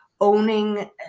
owning